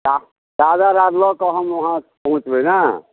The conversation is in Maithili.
चा चादर आर लऽ कऽ हम उहाँ पहुँचबै ने